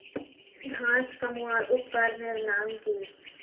घांस कमवार उपकरनेर नाम की?